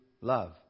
love